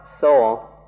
soul